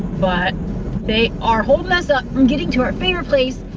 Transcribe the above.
but they are holding us up from getting to our favorite place.